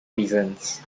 reasons